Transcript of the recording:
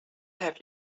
have